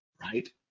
right